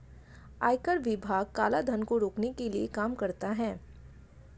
आयकर विभाग काला धन को रोकने के लिए काम करता है